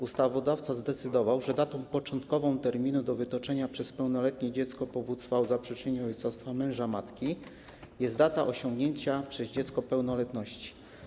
Ustawodawca zdecydował, że datą początkową terminu do wytoczenia przez pełnoletnie dziecko powództwa o zaprzeczeniu ojcostwa męża matki jest data osiągnięcia przez dziecko pełnoletności.